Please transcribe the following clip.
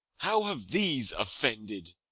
how have these offended?